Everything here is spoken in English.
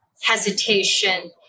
hesitation